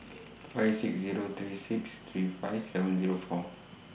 five six Zero three six three five seven Zero four